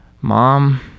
Mom